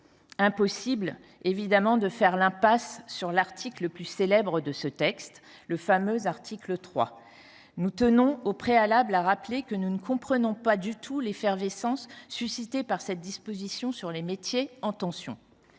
Impossible de faire l’impasse sur l’article le plus célèbre de ce texte : le fameux article 3. Nous tenons au préalable à rappeler que nous ne comprenons pas du tout l’effervescence suscitée par cette disposition sur les métiers en tension.